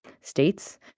states